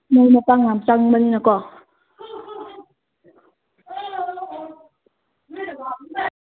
ꯃꯔꯣꯏ ꯃꯄꯥꯡ ꯌꯥꯝ ꯆꯪꯕꯅꯤꯅꯀꯣ